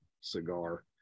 cigar